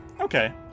Okay